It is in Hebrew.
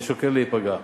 אני שוקל להיפגע.